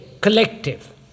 collective